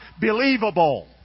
believable